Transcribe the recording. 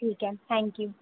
ٹھیک ہے thank you